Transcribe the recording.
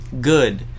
Good